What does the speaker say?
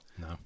No